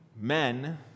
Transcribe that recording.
men